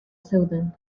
zeuden